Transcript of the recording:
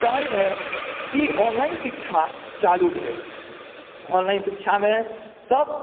ताहि मे ई ऑनलाइन शिक्षा चालू भेल ऑनलाइन शिक्षा मे सब